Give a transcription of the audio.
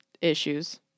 issues